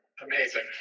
amazing